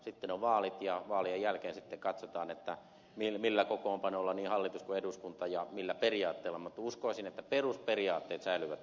sitten on vaalit ja vaalien jälkeen katsotaan millä kokoonpanolla niin hallitus kuin eduskunta ja millä periaatteella mutta uskoisin että perusperiaatteet säilyvät entisellään